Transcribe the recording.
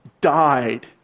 died